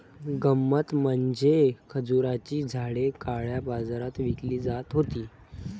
गंमत म्हणजे खजुराची झाडे काळ्या बाजारात विकली जात होती